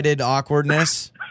awkwardness